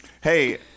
Hey